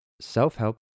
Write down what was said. self-help